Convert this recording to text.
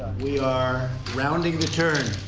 we are rounding the turn.